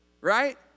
right